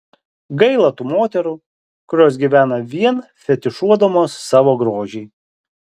gaila tų moterų kurios gyvena vien fetišuodamos savo grožį